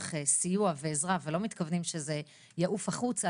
לצורך סיוע ועזרה ולא מתכוונים שזה יעוף החוצה,